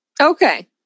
Okay